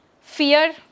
fear